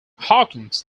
hawkins